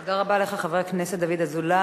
תודה רבה לך, חבר הכנסת דוד אזולאי.